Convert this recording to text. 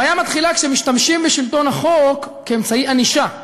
הבעיה מתחילה כשמשתמשים בשלטון החוק כאמצעי ענישה.